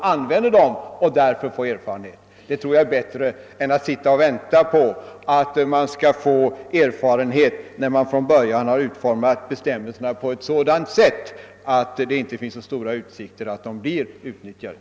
Det är bättre att söka få erfarenhet på detta sätt än genom att behålla bestämmelser som från början har utformats på ett sådant sätt att de inte har stora utsikter att bli tillämpade.